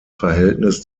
verhältnis